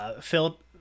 Philip